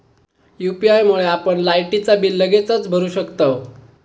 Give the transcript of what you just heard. UPI मुळे आपण लायटीचा बिल लगेचच भरू शकतंव